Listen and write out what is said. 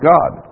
God